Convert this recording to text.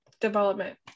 development